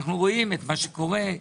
אנו רואים מה שקורה.